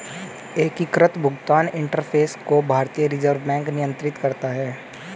एकीकृत भुगतान इंटरफ़ेस को भारतीय रिजर्व बैंक नियंत्रित करता है